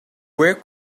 where